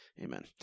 Amen